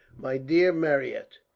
my dear marryat,